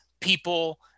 people